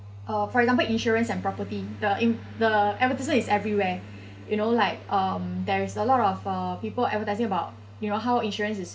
uh for example insurance and property the in the advertisement is everywhere you know like um there is a lot of uh people advertising about your know how insurance is